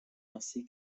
ainsi